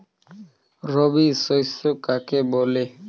রবি শস্য কাকে বলে?